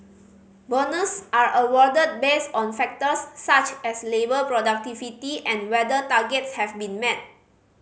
bonus are awarded based on factors such as labour productivity and whether targets have been met